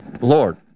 Lord